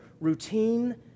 routine